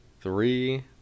three